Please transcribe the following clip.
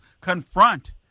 confront